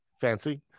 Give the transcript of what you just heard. fancy